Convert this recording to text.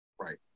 Right